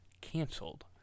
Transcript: canceled